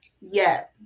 Yes